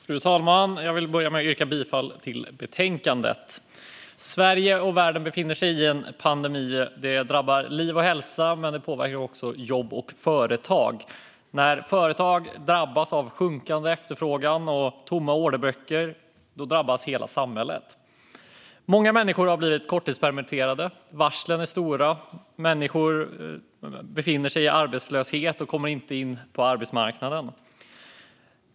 Fru talman! Jag vill börja med att yrka bifall till förslaget i betänkandet. Sverige och världen befinner sig i en pandemi. Den drabbar liv och hälsa, men den påverkar också jobb och företag. När företag drabbas av sjunkande efterfrågan och tomma orderböcker drabbas hela samhället. Många människor har blivit korttidspermitterade. Varslen är stora. Människor befinner sig i arbetslöshet och kommer inte in på arbetsmarknaden.